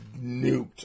nuked